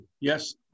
yes